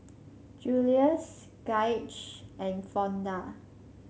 Julius Gaige and Fonda